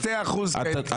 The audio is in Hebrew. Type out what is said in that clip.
אמרתי, יש 2% --- אי-שם בדרום.